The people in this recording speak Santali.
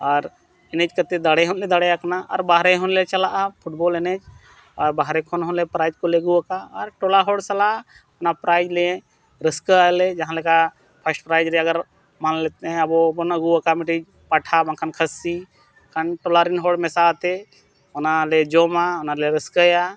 ᱟᱨ ᱮᱱᱮᱡ ᱠᱟᱛᱮᱫ ᱫᱟᱲᱮ ᱦᱚᱸᱞᱮ ᱫᱟᱲᱮᱭᱟᱠᱟᱱᱟ ᱟᱨ ᱵᱟᱦᱨᱮ ᱦᱚᱸᱞᱮ ᱪᱟᱞᱟᱜᱼᱟ ᱯᱷᱩᱴᱵᱚᱞ ᱮᱱᱮᱡ ᱟᱨ ᱵᱟᱦᱨᱮ ᱠᱷᱚᱱ ᱦᱚᱸᱞᱮ ᱯᱨᱟᱭᱤᱡᱽ ᱠᱚᱞᱮ ᱟᱹᱜᱩ ᱠᱟᱜᱼᱟ ᱟᱨ ᱴᱚᱞᱟ ᱦᱚᱲ ᱥᱟᱞᱟᱜ ᱚᱱᱟ ᱯᱨᱟᱭᱤᱡᱽ ᱞᱮ ᱨᱟᱹᱥᱠᱟᱹ ᱟᱞᱮ ᱡᱟᱦᱟᱸᱞᱮᱠᱟ ᱯᱷᱟᱥᱴ ᱯᱨᱟᱭᱤᱡᱽ ᱨᱮ ᱟᱜᱟᱨ ᱢᱟᱱᱞᱮᱛᱮ ᱟᱵᱚᱵᱚᱱ ᱟᱹᱜᱩ ᱟᱠᱟᱜᱼᱟ ᱢᱤᱫᱴᱤᱡ ᱯᱟᱴᱷᱟ ᱵᱟᱝᱠᱷᱟᱱ ᱠᱷᱟᱹᱥᱤ ᱠᱷᱟᱱ ᱴᱚᱞᱟᱨᱮᱱ ᱦᱚᱲ ᱢᱮᱥᱟ ᱠᱟᱛᱮᱫ ᱚᱱᱟᱞᱮ ᱡᱚᱢᱟ ᱚᱱᱟᱞᱮ ᱨᱟᱹᱥᱠᱟᱹᱭᱟ